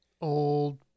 old